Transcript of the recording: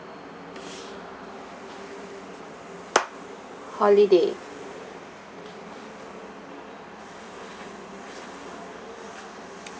holiday